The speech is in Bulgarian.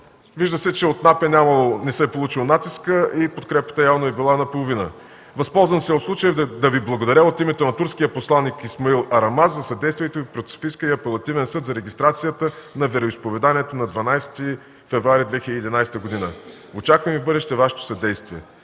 агенция за приходите не се е получил натискът и подкрепата явно е била наполовина. „Възползвам се от случая да Ви благодаря от името на турския посланик Исмаил Арамаз за съдействието Ви пред Софийския апелативен съд за регистрацията на вероизповеданието на 12 февруари 2011 г. Очакваме и в бъдеще Вашето съдействие.”